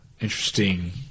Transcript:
interesting